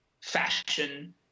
fashion